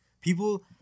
People